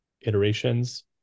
iterations